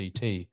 CT